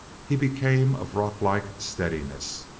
he became of rocklike steadiness.